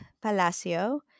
Palacio